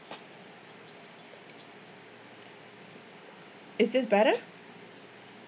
is this better